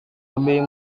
lebih